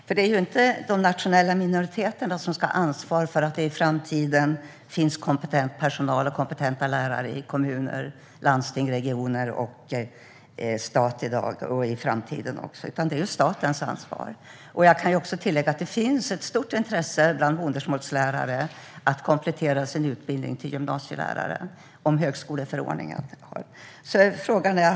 Herr talman! Det är ju inte de nationella minoriteterna som ska ha ansvar för att det finns kompetent personal och kompetenta lärare i kommuner, landsting, regioner och stat i dag och i framtiden, utan det är statens ansvar. Jag kan också tillägga att det finns ett stort intresse bland modersmålslärare att komplettera sin utbildning till gymnasielärarnivå.